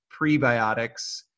prebiotics